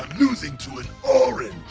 losing to an orange.